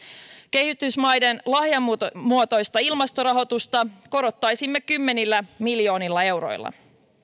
kehitysmaiden lahjamuotoista ilmastorahoitusta korottaisimme kymmenillä miljoonilla euroilla